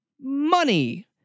money